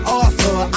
author